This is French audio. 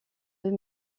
deux